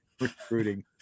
Recruiting